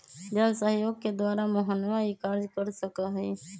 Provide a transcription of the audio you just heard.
जनसहयोग के द्वारा मोहनवा ई कार्य कर सका हई